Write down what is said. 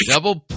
Double